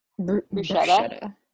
bruschetta